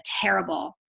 terrible